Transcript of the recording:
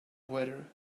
weather